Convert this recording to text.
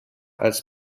als